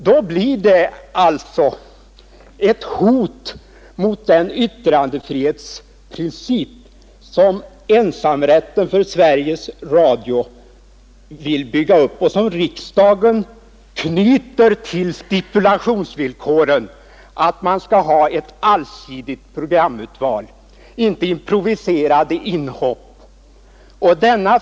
Då blir det alltså ett hot mot den yttrandefrihetsprincip som ensamrätten för Sveriges Radio vill bygga upp och som riksdagen knyter till stipulationsvillkoren, att man skall svara för ett allsidigt programurval.